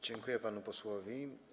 Dziękuję panu posłowi.